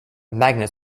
magnet